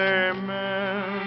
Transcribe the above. amen